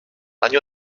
año